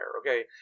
Okay